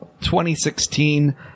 2016